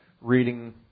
reading